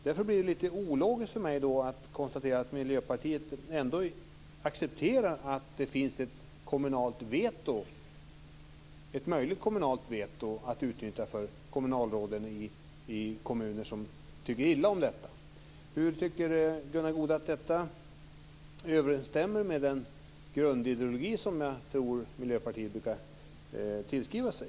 Därför blir det lite ologiskt för mig när jag konstaterar att Miljöpartiet accepterar att det finns möjlighet till ett veto från kommunalråden i kommuner som tycker illa om detta. Hur tycker Gunnar Goude att detta överensstämmer med den grundideologi som Miljöpartiet brukar tillskriva sig?